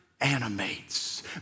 animates